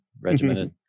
regimented